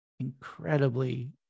incredibly